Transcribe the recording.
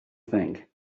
think